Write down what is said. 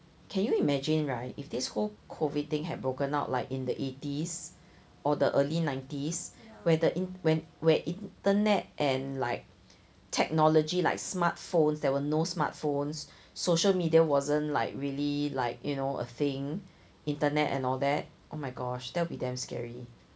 can you imagine right if this whole COVID thing had broken out like in the eighties or the early nineties where the in~ where when internet and like technology like smartphones there were no smartphones social media wasn't like really like you know a thing internet and all that oh my gosh that'd be damn scary